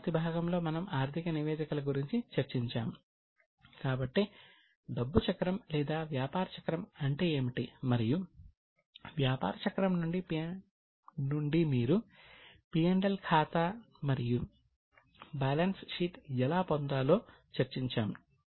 తరువాతి భాగంలో మనం ఆర్థిక నివేదికల గురించి చర్చించాము కాబట్టి డబ్బు చక్రం లేదా వ్యాపార చక్రం అంటే ఏమిటి మరియు వ్యాపార చక్రం నుండి మీరు P L ఖాతా మరియు బ్యాలెన్స్ షీట్ ఎలా పొందాలో చర్చించాము